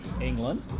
England